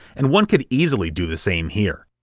and one could easily do the same here.